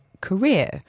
career